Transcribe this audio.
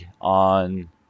on